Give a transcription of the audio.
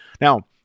Now